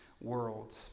world